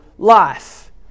life